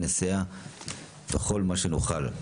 נסייע בכל מה שנוכל.